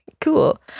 cool